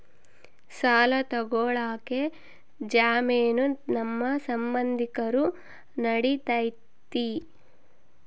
ಸಾಲ ತೊಗೋಳಕ್ಕೆ ಜಾಮೇನು ನಮ್ಮ ಸಂಬಂಧಿಕರು ನಡಿತೈತಿ?